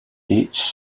each